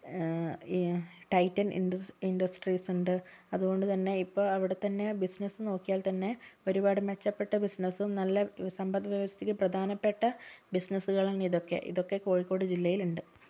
Titan ഇൻഡ industries ഉണ്ട് അതുകൊണ്ടുതന്നെ ഇപ്പോൾ അവിടെത്തന്നെ ബിസിനെസ്സ് നോക്കിയാൽത്തന്നെ ഒരുപാട് മെച്ചപ്പെട്ട ബിസിനസ്സും നല്ല സമ്പത് വ്യവസ്ഥക്ക് പ്രധാനപ്പെട്ട ബിസിനസ്സുകളാണ് ഇതൊക്കെ ഇതൊക്കെ കോഴിക്കോട് ജില്ലയിലുണ്ട്